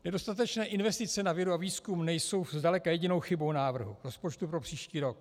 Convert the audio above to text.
Nedostatečné investice na vědu a výzkum nejsou zdaleka jedinou chybou návrhu rozpočtu pro příští rok.